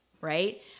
right